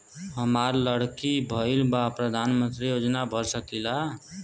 हमार लड़की भईल बा प्रधानमंत्री योजना भर सकीला?